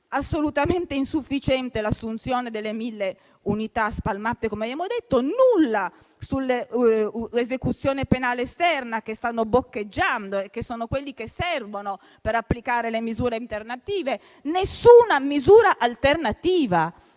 Assolutamente insufficiente è l'assunzione delle 1.000 unità spalmate, come abbiamo detto; nulla sull'esecuzione penale esterna, dove stanno boccheggiando e sono quelli che servono per applicare le misure alternative; nessuna misura alternativa.